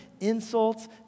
Insults